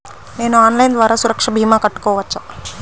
నేను ఆన్లైన్ ద్వారా సురక్ష భీమా కట్టుకోవచ్చా?